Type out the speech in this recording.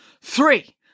Three